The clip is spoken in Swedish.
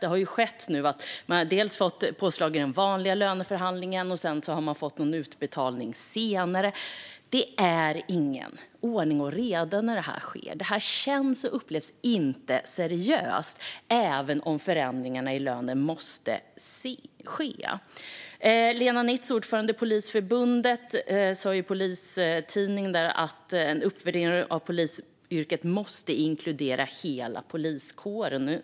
Det har hänt nu att man dels har fått påslag genom den vanliga löneförhandlingen, dels en utbetalning senare. Det är ingen ordning och reda när det här sker. Det känns och upplevs inte som något seriöst även om förändringarna i lön måste ske. Lena Nitz, ordförande i Polisförbundet, har sagt i Polistidningen att en uppvärdering av polisyrket måste inkludera hela poliskåren.